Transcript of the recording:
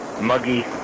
Muggy